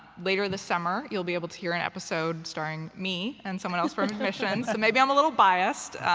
later in the summer, you'll be able to hear an episode starring me and someone else from admissions, so maybe i'm a little biased.